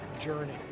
journey